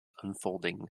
unfolding